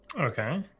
Okay